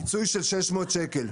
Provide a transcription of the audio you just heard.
פיצוי של 600 שקל.